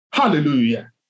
Hallelujah